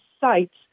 sites